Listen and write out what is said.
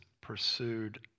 pursued